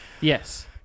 Yes